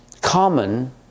common